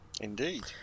indeed